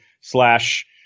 slash